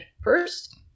first